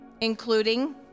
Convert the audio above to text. including